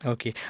Okay